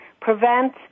prevent